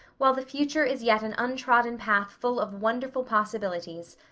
while the future is yet an untrodden path full of wonderful possibilities.